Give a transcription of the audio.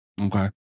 Okay